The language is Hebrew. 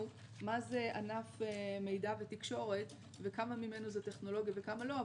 מה זה ענף מידע ותקשורת וכמה ממנו זה טכנולוגיה וכמה לא.